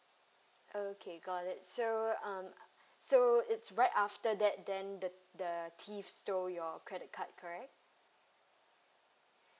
okay got it so um so it's right after that then the the thief stole your credit card correct